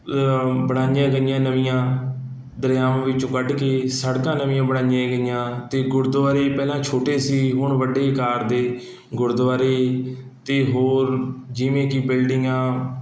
ਬਣਾਈਆਂ ਗਈਆਂ ਨਵੀਆਂ ਦਰਿਆਵਾਂ ਵਿੱਚੋਂ ਕੱਢ ਕੇ ਸੜਕਾਂ ਨਵੀਆਂ ਬਣਾਈਆਂ ਗਈਆਂ ਅਤੇ ਗੁਰਦੁਆਰੇ ਪਹਿਲਾਂ ਛੋਟੇ ਸੀ ਹੁਣ ਵੱਡੇ ਅਕਾਰ ਦੇ ਗੁਰਦੁਆਰੇ ਅਤੇ ਹੋਰ ਜਿਵੇਂ ਕਿ ਬਿਲਡਿੰਗਾਂ